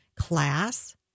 class